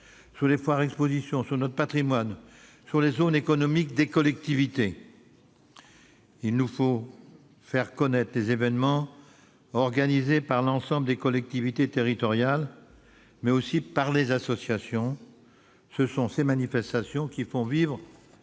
sur les foires-expositions, sur notre patrimoine, sur les zones économiques des collectivités. Il nous faut faire connaître les évènements organisés par l'ensemble des collectivités territoriales, mais aussi par les associations ; ce sont ces manifestations qui font vivre